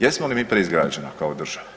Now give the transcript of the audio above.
Jesmo li mi preizgrađena kao država?